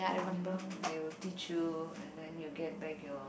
you know they will teach you and then you get back your